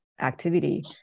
activity